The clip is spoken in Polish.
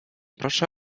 proszę